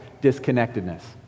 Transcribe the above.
disconnectedness